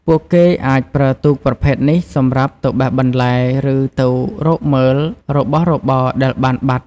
ពួកគេអាចប្រើទូកប្រភេទនេះសម្រាប់ទៅបេះបន្លែ ឬទៅរកមើលរបស់របរដែលបានបាត់។